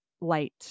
light